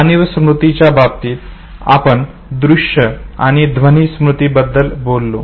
जाणीव स्मृतीच्या बाबतीत आपण दृश्य आणि ध्वनी स्मृती बद्दल बोलतो